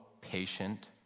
patient